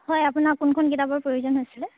হয় আপোনাৰ কোনখন কিতাপৰ প্ৰয়োজন হৈছিলে